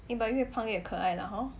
eh but 越胖越可爱 lah hor